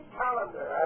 calendar